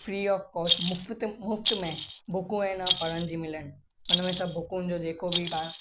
free of cost मुफ़त मुफ़्त में बुकूं हेन पढ़ण जी मिलनि हुननि में सभु बुकुनि जो जेको बि ॿार